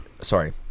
sorry